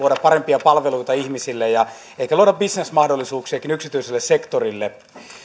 parempia palveluita ihmisille ja ehkä luoda bisnesmahdollisuuksiakin yksityiselle sektorille